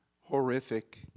horrific